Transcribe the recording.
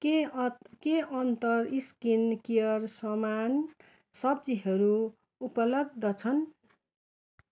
के अत् के अन्तर स्किन केयर सामान सप्पीहरू उपलब्ध छन्